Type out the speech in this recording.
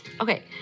Okay